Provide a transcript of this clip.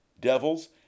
devils